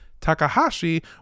Takahashi